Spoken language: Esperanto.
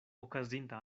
okazinta